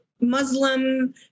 Muslim